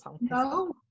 No